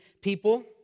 people